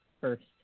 first